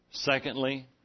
Secondly